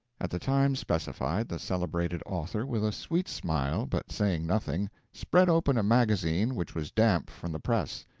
at the time specified, the celebrated author, with a sweet smile, but saying nothing, spread open a magazine which was damp from the press.